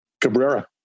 Cabrera